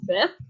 fifth